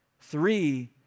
Three